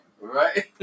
Right